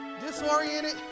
disoriented